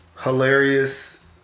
hilarious